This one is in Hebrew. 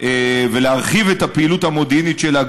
ולהרחיב את הפעילות המודיעינית שלה,